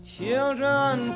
Children